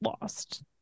lost